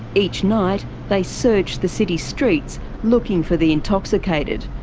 each night they search the city streets looking for the intoxicated.